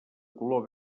color